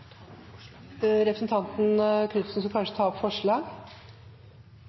Representanten Tove Karoline Knutsen skulle kanskje ta opp forslag?